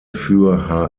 für